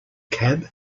cab